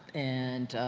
and,